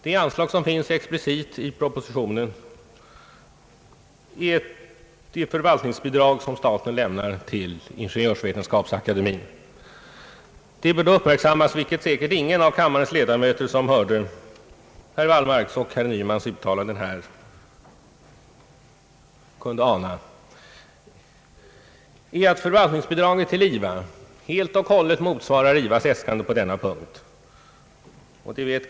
Det anslag som finns explicit i propositionen är ett förvaltningsbidrag som staten lämnar till Ingeniörsvetenskapsakademien. Det borde uppmärksammas — vilket ingen av kammarens ledamöter som hörde herr Wallmarks och herr Nymans uttalanden här kunde ana — att förvaltningsbidraget till IVA helt och hållet motsvarar IVA:s äskande på denna punkt.